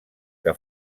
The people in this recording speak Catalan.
que